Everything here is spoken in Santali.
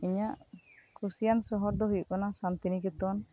ᱤᱧᱟᱹᱜ ᱠᱷᱩᱥᱤᱭᱟᱱ ᱥᱚᱦᱚᱨ ᱫᱚ ᱦᱳᱭᱳᱜ ᱠᱟᱱᱟ ᱥᱟᱱᱛᱤᱱᱤᱠᱮᱛᱚᱱ